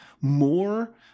more